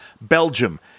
Belgium